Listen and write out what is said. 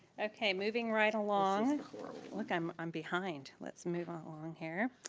okay, moving right along look, i'm i'm behind, let's move um along here.